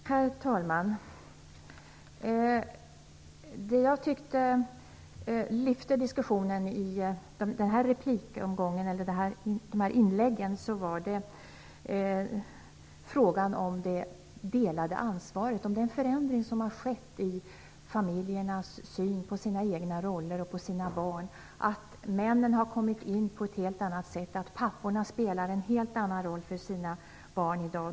Herr talman! Det jag tyckte lyfte diskussionen var frågan om det delade ansvaret, den förändring som har skett i familjernas syn på sina egna roller och på sina barn. Männen har kommit in på ett helt annat sätt. Papporna spelar en helt annan roll för sina barn i dag.